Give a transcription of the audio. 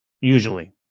usually